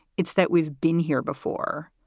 it's that we've been here before.